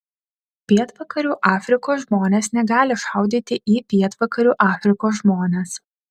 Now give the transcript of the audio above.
pietvakarių afrikos žmonės negali šaudyti į pietvakarių afrikos žmones